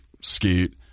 skate